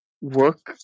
work